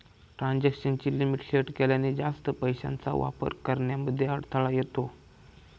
transaction ची limit set केल्याने, जास्त पैशांचा वापर करण्यामध्ये अडथळा येतो